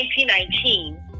2019